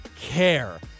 care